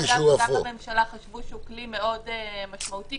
בממשלה חשבו שהוא כלי מאוד משמעותי.